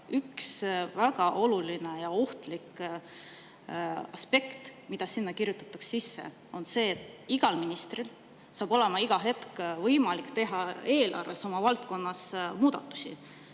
üks väga oluline ja ohtlik aspekt, mida sinna kirjutataks sisse, on see, et igal ministril saab olema iga hetk võimalik teha eelarves oma valdkonnas muudatusi.